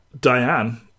Diane